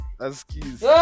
Excuse